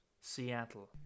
Seattle